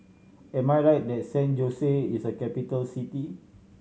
am I right that San Jose is a capital city